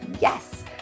Yes